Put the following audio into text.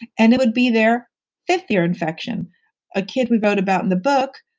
and it would be their fifth ear infection a kid we've wrote about in the book,